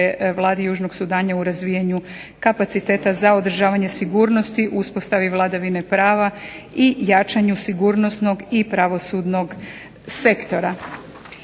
Vladi Južnog Sudana u razvijanju kapaciteta za održavanju sigurnosti, uspostave vladavine prava i jačanju sigurnosnog i pravosudnog sektora.